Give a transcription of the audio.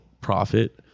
profit